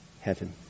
heaven